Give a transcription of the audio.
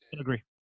agree